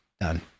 done